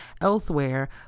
elsewhere